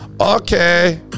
Okay